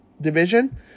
division